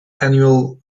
annual